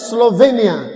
Slovenia